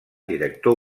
director